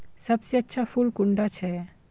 सबसे अच्छा फुल कुंडा छै?